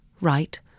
Right